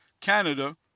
Canada